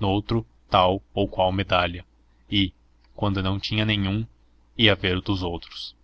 noutro tal ou qual medalha e quando não tinha nenhum ia ver a dos outros